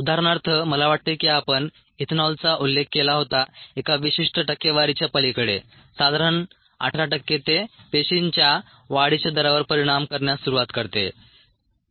उदाहरणार्थ मला वाटते की आपण इथेनॉलचा उल्लेख केला होता एका विशिष्ट टक्केवारीच्या पलीकडे साधारण 18 टक्के ते पेशींच्या वाढीच्या दरावर परिणाम करण्यास सुरुवात करते